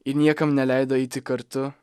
ir niekam neleido eiti kartu